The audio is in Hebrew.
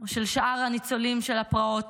או של שאר הניצולים מהפרעות,